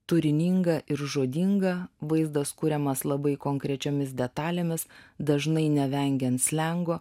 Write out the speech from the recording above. turininga ir žodinga vaizdas kuriamas labai konkrečiomis detalėmis dažnai nevengiant slengo